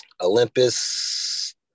Olympus